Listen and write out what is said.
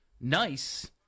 nice